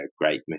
great